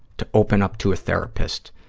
to open up to a therapist,